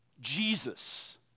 Jesus